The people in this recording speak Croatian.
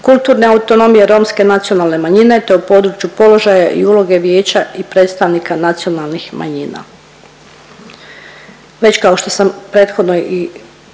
kulturne autonomije romske nacionalne manjine te u području položaja i uloge vijeća i predstavnika nacionalnih manjina.